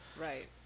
Right